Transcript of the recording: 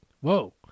whoa